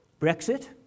Brexit